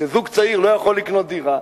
כשזוג צעיר לא יכול לקנות דירה,